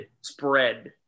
Spread